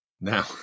now